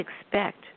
expect